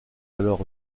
alors